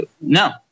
No